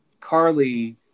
Carly